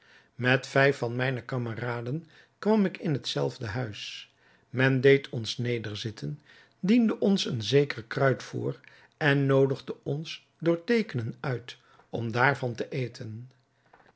met vijf van mijne kameraden kwam ik in het zelfde huis men deed ons nederzitten diende ons een zeker kruid voor en noodigde ons door teekenen uit om daarvan te eten